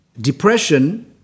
depression